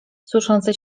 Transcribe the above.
suszący